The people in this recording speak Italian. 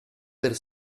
per